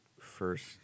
first